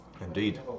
Indeed